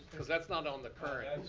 cause that's not on the current.